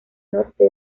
norte